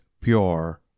pure